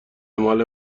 مال